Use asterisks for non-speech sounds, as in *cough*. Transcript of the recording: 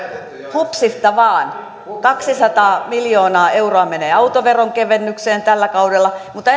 hupsista vaan kaksisataa miljoonaa euroa menee autoveron kevennykseen tällä kaudella mutta *unintelligible*